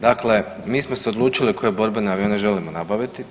Dakle, mi smo se odlučili koje borbene avione želimo nabaviti.